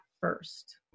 first